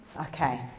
Okay